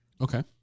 okay